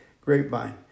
Grapevine